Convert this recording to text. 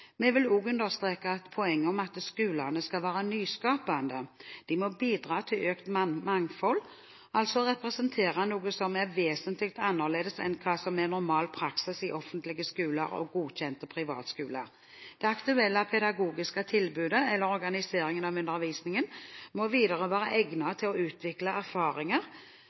Vi vil også understreke poenget med at skolene skal være nyskapende. De må bidra til økt mangfold, altså representere noe som er vesentlig annerledes enn det som er normal praksis i offentlige skoler og godkjente privatskoler. Det aktuelle pedagogiske tilbudet eller organiseringen av undervisningen må videre være egnet til å utvikle erfaringer